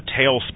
tailspin